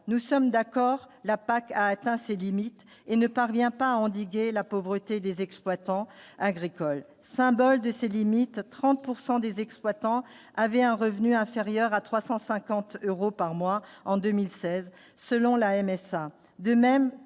nous sommes d'accord, la PAC a atteint ses limites et ne parvient pas à endiguer la pauvreté des exploitants agricoles, symbole de ses limites, 30 pour 100 des exploitants avaient un revenu inférieur à 350 euros par mois en 2016 selon la MSA,